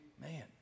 man